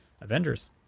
Avengers